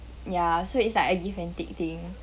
ya so it's like a give and take thing